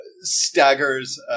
staggers